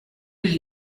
ich